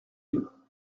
deux